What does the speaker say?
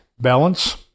balance